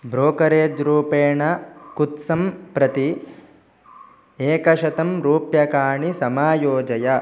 brokerage रूपेण कुत्सं प्रति एकशतं रूप्यकाणि समायोजय